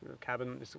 cabin